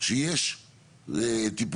שיש פה,